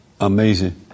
amazing